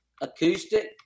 acoustic